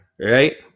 Right